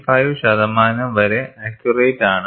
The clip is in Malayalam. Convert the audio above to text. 5 ശതമാനം വരെ ആക്യൂറേറ്റ് ആണ്